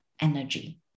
energy